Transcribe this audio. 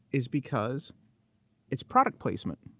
is because it's product placement.